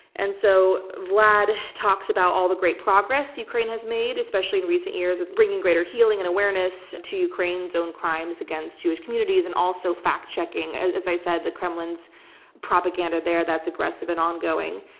and so vlad talks about all the great progress ukraine has made, especially in recent years with bringing greater healing and awareness to ukraine's own crimes against jewish communities, and also fact checking, as i said, the kremlin's propaganda there that's aggressive and ongoing.